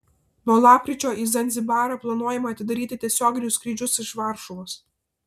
nuo lapkričio į zanzibarą planuojama atidaryti tiesioginius skrydžius iš varšuvos